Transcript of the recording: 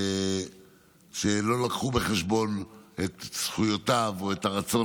שלא לקחו בחשבון את זכויותיו או את הרצון